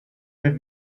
with